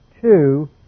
two